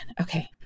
Okay